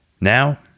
Now